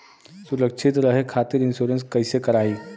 सुरक्षित रहे खातीर इन्शुरन्स कईसे करायी?